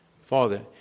Father